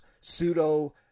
pseudo